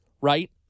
right